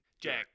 Jack